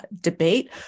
debate